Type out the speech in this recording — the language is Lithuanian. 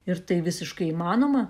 ir tai visiškai įmanoma